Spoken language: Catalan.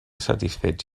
satisfets